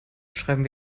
schreiben